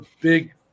big